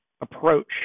approach